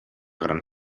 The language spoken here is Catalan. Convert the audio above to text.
gran